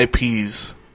IPs